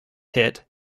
hit